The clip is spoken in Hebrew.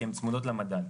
כי הן צמודות למדד.